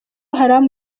haram